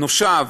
לנושיו,